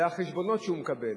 ואת החשבונות שהוא מקבל,